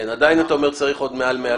כן, עדיין אתה אומר צריך עוד מעל 100 קולות.